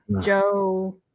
Joe